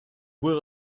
were